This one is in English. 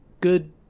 good